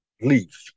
leave